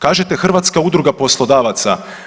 Kažete Hrvatska udruga poslodavaca?